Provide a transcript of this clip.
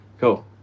cool